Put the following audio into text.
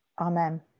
Amen